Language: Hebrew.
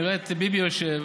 נראה את ביבי יושב,